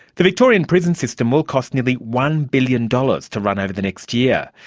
the victorian prison system will cost nearly one billion dollars to run over the next year.